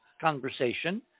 conversation